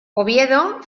oviedo